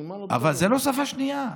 אז מה לא בסדר?